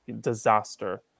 disaster